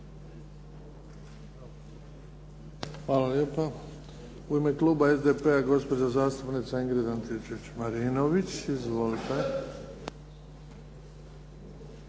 Hvala lijepa. U ime kluba SPD-a gospođa zastupnica Ingrid Antičević-Marinović. Izvolite.